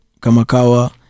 Kamakawa